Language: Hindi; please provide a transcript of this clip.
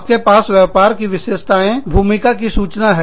आपके पास व्यापार की विशेषताएं भूमिका की सूचना है